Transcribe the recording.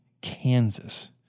Kansas